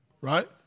right